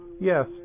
Yes